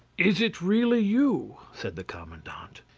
is it really you? said the commandant.